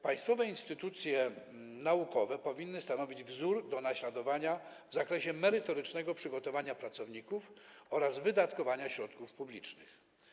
Państwowe instytucje naukowe powinny stanowić wzór do naśladowania w zakresie merytorycznego przygotowania pracowników oraz wydatkowania środków publicznych.